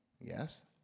Yes